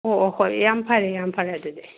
ꯑꯣ ꯑꯣ ꯍꯣꯏ ꯌꯥꯝ ꯐꯔꯦ ꯌꯥꯝ ꯐꯔꯦ ꯑꯗꯨꯗꯤ